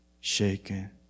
shaken